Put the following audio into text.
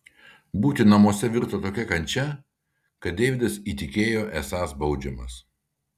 būti namuose virto tokia kančia kad deividas įtikėjo esąs baudžiamas